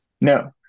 No